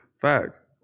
facts